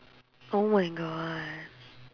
oh my god